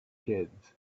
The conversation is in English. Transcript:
kids